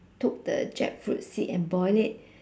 took the jackfruit seed and boil it